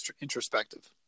introspective